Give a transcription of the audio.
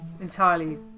entirely